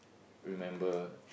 remember